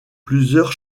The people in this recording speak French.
plusieurs